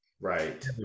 Right